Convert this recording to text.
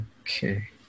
okay